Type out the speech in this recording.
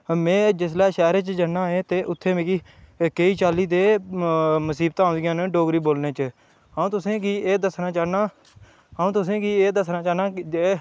में जिसलै शैह्रे च जन्नां ते उत्थै मिकी केईं चाल्ली ते मसीबतां औंदियां न डोगरी बोलने च अ'ऊं तुसें गी एह् दस्सना चाह्न्नां अ'ऊं तुसें गी एह् दस्सना चाह्न्नां के जे